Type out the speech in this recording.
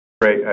Great